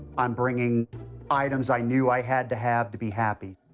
i'm bringing items i knew i had to have to be happy.